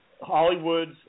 Hollywood's